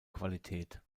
qualität